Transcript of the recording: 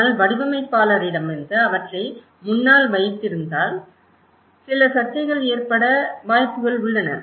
ஆனால் வடிவமைப்பாளர் அவற்றை முன்னால் வைத்திருந்தால் சில சர்ச்சைகள் ஏற்பட வாய்ப்புகள் உள்ளன